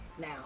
Now